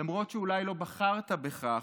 למרות שאולי לא בחרת בכך,